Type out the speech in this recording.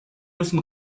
müssen